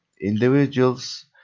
Individuals